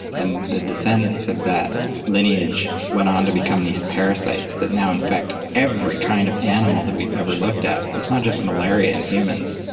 and the descendants of that lineage went on to become these parasites that now infect every kind of animal that we've ever looked at, it's not just malaria in humans,